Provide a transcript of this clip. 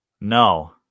No